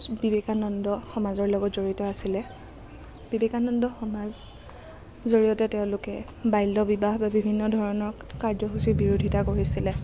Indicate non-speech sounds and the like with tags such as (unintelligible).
(unintelligible) বিবেকানন্দ সমাজৰ লগত জড়িত আছিলে বিবেকানন্দ সমাজৰ জৰিয়তে তেওঁলোকে বাল্য বিবাহ বা বিভিন্ন ধৰণৰ কাৰ্যসূচী বিৰোধিতা কৰিছিলে